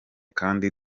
kandi